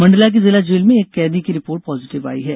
मंडला की जिला जेल में एक कैदी की रिपोर्ट पॉजिटिव आई है